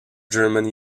german